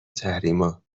تحریما